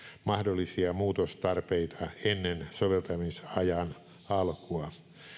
mahdollisia muutostarpeita ennen soveltamisajan alkua